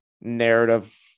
narrative